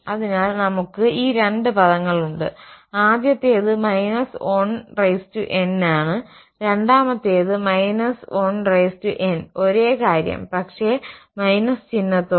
അതിനാൽ നമ്മൾക്ക് ഈ രണ്ട് പദങ്ങളുണ്ട് ആദ്യത്തേത് −1n ആണ് രണ്ടാമത്തേത് −1n ഒരേ കാര്യം പക്ഷേ ചിഹ്നത്തോടെ